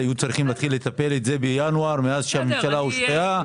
היו צריכים להתחיל לטפל בזה ביונאר מאז שהממשלה הושבעה.